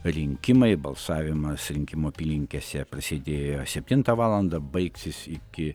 rinkimai balsavimas rinkimų apylinkėse prasidėjo septintą valandą baigsis iki